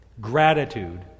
Gratitude